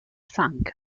funk